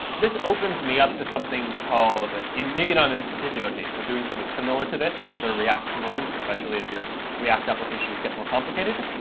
this opens me up to something called, maybe not in this particular case, but doing something similar to this in other react components, especially as your react applications get more complicated,